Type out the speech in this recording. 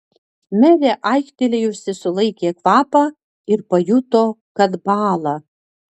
merė aiktelėjusi sulaikė kvapą ir pajuto kad bąla